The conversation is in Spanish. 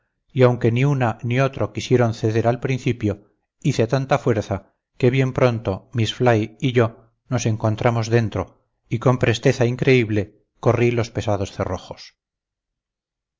y aunque ni una ni otro quisieron ceder al principio hice tanta fuerza que bien pronto miss fly y yo nos encontramos dentro y con presteza increíble corrí los pesados cerrojos